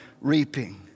reaping